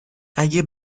اگه